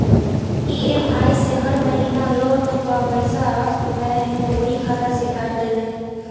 EMI से हर महिना लोन कअ पईसा बैंक तोहरी खाता से काट लेले